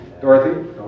Dorothy